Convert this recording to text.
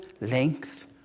length